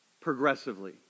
progressively